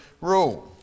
rule